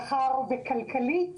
כלכלית